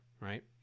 right